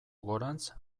gorantz